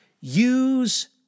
use